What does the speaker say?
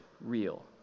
real